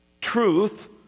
truth